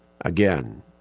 Again